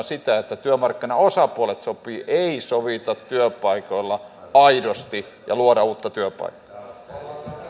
sitä että työmarkkinaosapuolet sopivat ei sovita työpaikoilla aidosti ja luoda uusia työpaikkoja